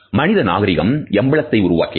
மனித நாகரீகம் எம்பிளத்தை உருவாக்கியது